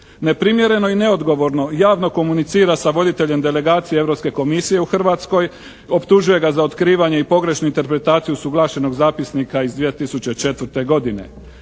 Neprimjereno i neodgovorno javno komunicira sa voditeljem delegacije Europske komisije u Hrvatskoj, optužuje ga za otkrivanje i pogrešnu interpretaciju usuglašenog zapisnika iz 2004. godine.